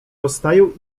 rozstaju